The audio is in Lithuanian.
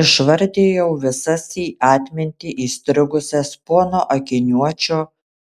išvardijau visas į atmintį įstrigusias pono akiniuočio